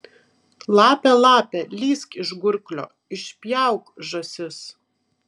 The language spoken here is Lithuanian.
lape lape lįsk iš gurklio išpjauk žąsis